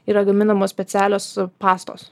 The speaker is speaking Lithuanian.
yra gaminamos specialios pastos